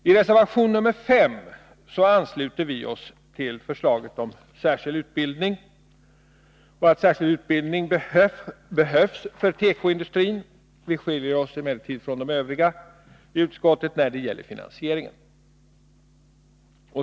I reservation nr 5 i arbetsmarknadsutskottets betänkande ansluter vi oss till förslaget om särskild utbildning och till uppfattningen att särskild utbildning behövs. Vi skiljer oss emellertid från de övriga i utskottet när det gäller finansieringen.